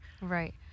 Right